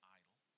idol